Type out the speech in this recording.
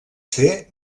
ser